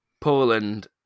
Poland